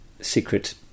Secret